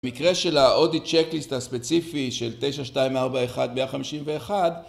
במקרה של האודי צ'קליסט הספציפי של 9241-151